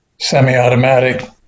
semi-automatic